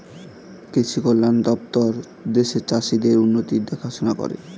কৃষি কল্যাণ দপ্তর দেশের চাষীদের উন্নতির দেখাশোনা করে